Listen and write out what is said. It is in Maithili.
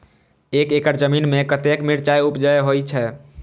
एक एकड़ जमीन में कतेक मिरचाय उपज होई छै?